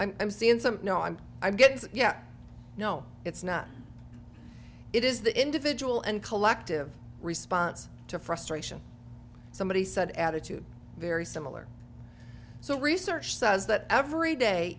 abundance i'm seein some no i'm i'm getting that yeah no it's not it is the individual and collective response to frustration somebody said attitude very similar so research says that every day